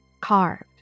carved